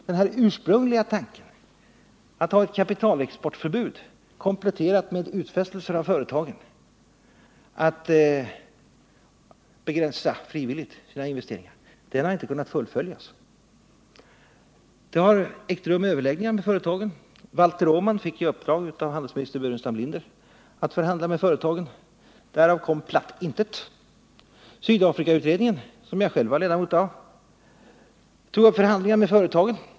Den ursprungliga tanken — att ha ett kapitalexportförbud kompletterat med utfästelser av företagen om att frivilligt begränsa sina investeringar — har nämligen inte kunnat fullföljas. Det har ägt rum överläggningar med företagen. Valter Åman fick i uppdrag av dåvarande handelsministern Burenstam Linder att förhandla med företagen. Därav kom platt intet. Sydafrikautredningen, som jag själv var ledamot av, tog upp förhandlingar med företagen.